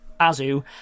Azu